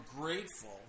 grateful